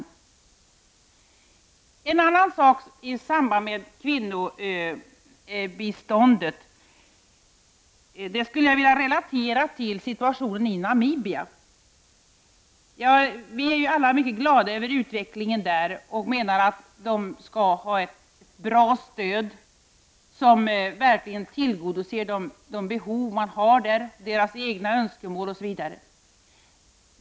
Så till en annan sak i samband med kvinnobiståndet. Här skulle jag vilja relatera till situationen i Namibia. Vi är ju alla mycket glada över utvecklingen där. Människorna där skall ha ett bra stöd som verkligen tillgodoser de behov som finns, som svarar mot människors önskemål osv.